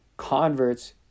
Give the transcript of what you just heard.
converts